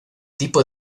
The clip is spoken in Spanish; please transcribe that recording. tipo